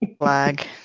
flag